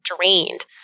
drained